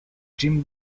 jim